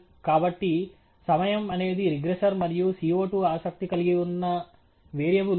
కాబట్టి సమయం అనేది రిగ్రెసర్ మరియు CO2 ఆసక్తి కలిగివున్న వేరియబుల్